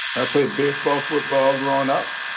i played baseball, football growing up.